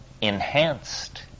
enhanced